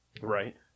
Right